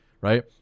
right